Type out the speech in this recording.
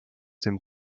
dem